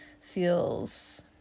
feels